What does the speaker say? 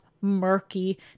murky